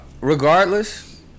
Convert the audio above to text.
Regardless